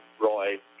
Roy